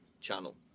channel